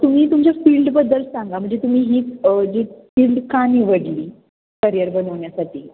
तुम्ही तुमच्या फील्डबद्दल सांगा म्हणजे तुम्ही ही जे फील्ड का निवडली करियर बनवण्यासाठी